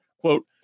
Quote